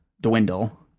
dwindle